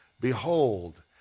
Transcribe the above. behold